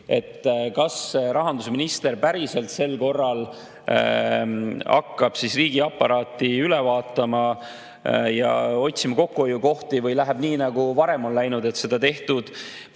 kas rahandusminister päriselt sel korral hakkab riigiaparaati üle vaatama ja otsima kokkuhoiukohti või läheb nii, nagu varem on läinud, et seda tehtud